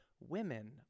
women